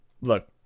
look